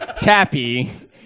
Tappy